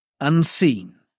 Unseen